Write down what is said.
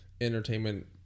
entertainment